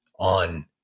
on